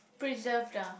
preserved ah